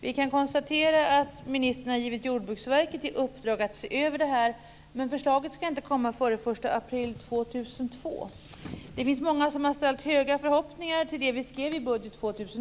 Vi kan konstatera att ministern har gett Jordbruksverket i uppdrag att se över detta, men förslaget ska inte komma före den 1 april 2002. Det finns många som har ställt stora förhoppningar till det som vi skrev i budget 2000.